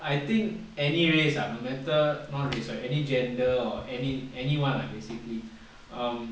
I think any race ah no matter not race sorry any gender or any anyone ah basically um